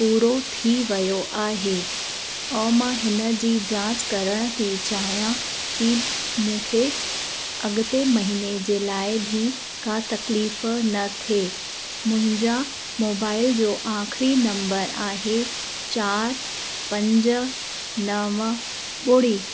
पूरो थी वियो आहे ऐं मां हिन जी जाच करणु थी चाहियां की मूंखे अॻिते महीने जे लाइ बि का तकलीफ़ु न थिए मुंहिंजा मोबाइल जो आख़िरी नंबर आहे चार पंज नव ॿुड़ी